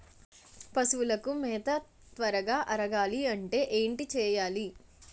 పశువులకు మేత త్వరగా అరగాలి అంటే ఏంటి చేయాలి?